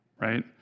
right